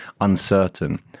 uncertain